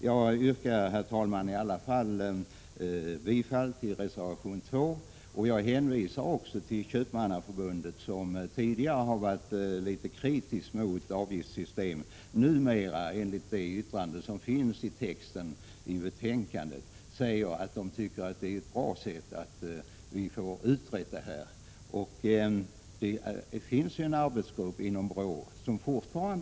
Jag yrkar, herr talman, i alla fall bifall till reservation 2. Jag hänvisar till Köpmannaförbundet, som tidigare varit litet kritiskt mot avgiftssystemet men numera enligt det yttrande som fogats till betänkandet tycker att det är bra. Inom BRÅ arbetar fortfarande en arbetsgrupp med dessa frågor.